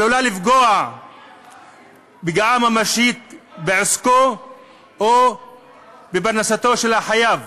עלולה לפגוע פגיעה ממשית בעסקו או בפרנסתו של החייב,